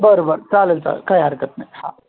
बरं बरं चालेल चाल काही हरकत नाही हा